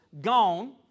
gone